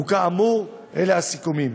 ואלה הסיכומים: